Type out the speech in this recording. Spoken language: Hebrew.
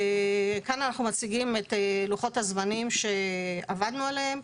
כאן אנחנו מציגים את לוחות הזמנים שעבדנו עליהם.